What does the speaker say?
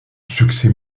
succès